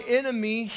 enemy